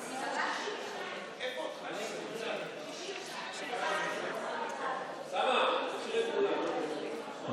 קבוצת סיעת יש עתיד-תל"ם וקבוצת סיעת ישראל ביתנו לסעיף 2 לא נתקבלה.